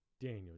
Daniel